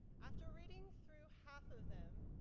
after reading through half of them,